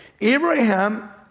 Abraham